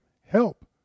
help